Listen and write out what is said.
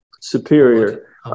Superior